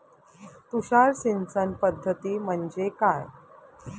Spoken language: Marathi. तुषार सिंचन पद्धती म्हणजे काय?